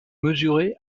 mesurés